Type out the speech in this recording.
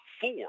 four